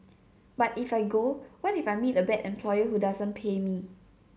but if I go what if I meet a bad employer who doesn't pay me